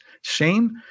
Shame